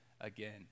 again